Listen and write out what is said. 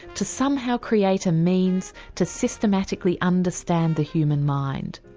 to somehow create a means to systematically understand the human mind.